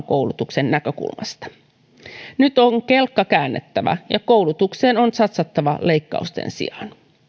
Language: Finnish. koulutuksen näkökulmasta nyt on kelkka käännettävä ja koulutukseen on satsattava leikkausten sijaan